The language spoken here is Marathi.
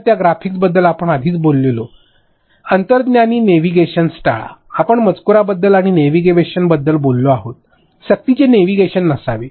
तर त्या ग्राफिक्स बद्दल आपण आधीच बोललेले अंतर्ज्ञानी नेव्हिगेशन टाळा आपण त्या मजकूराबद्दल आणि नेव्हिगेशन बद्दल बोललो आहोत सक्तीचे नेव्हिगेशन नसावे